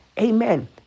Amen